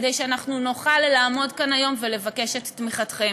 כדי שנוכל לעמוד כאן היום ולבקש את תמיכתכם.